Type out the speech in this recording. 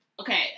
Okay